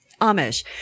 Amish